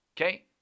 Okay